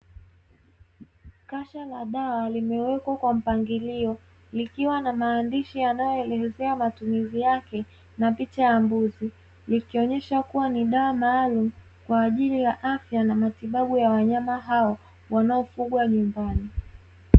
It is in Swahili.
Kasha za dawa limewekwa kwa mpangilio likiwa na maandishi yanayoelezea matumizi yake, na picha ya mbuzi ikionyesha kuwa ni dawa maalumu kwa ajili ya afya na matibabu ya wanyama hao wanaofugwa nyumbani.